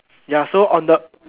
ya so on the